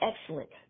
excellent